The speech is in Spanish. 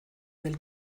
del